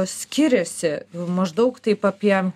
skiriasi maždaug taip apie